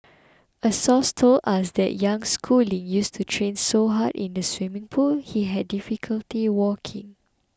a source told us that young Schooling used to train so hard in the swimming pool he had difficulty walking